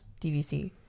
dvc